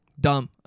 Dumb